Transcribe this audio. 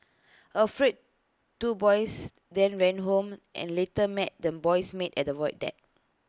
afraid two boys then ran home and later met the boy's maid at the void deck